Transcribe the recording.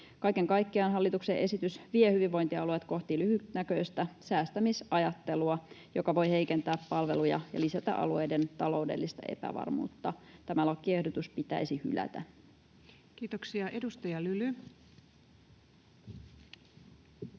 Kaiken kaikkiaan hallituksen esitys vie hyvinvointialueet kohti lyhytnäköistä säästämisajattelua, joka voi heikentää palveluja ja lisätä alueiden taloudellista epävarmuutta. Tämä lakiehdotus pitäisi hylätä. [Speech 124]